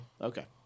Okay